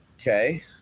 Okay